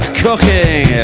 cooking